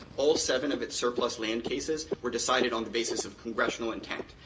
all seven of its surplus land cases were decided on the basis of congressional intent.